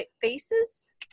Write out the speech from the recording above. faces